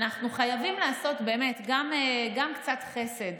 אנחנו חייבים לעשות באמת גם קצת חסד